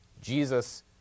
Jesus